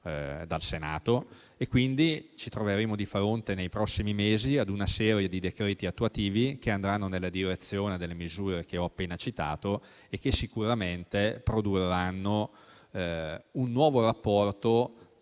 dal Senato. Nei prossimi mesi ci troveremo di fronte a una serie di decreti attuativi che andranno nella direzione delle misure che ho appena citato e che sicuramente produrranno un nuovo rapporto